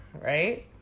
right